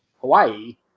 Hawaii